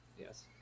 Yes